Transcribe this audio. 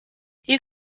you